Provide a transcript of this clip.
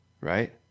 right